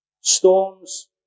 Storms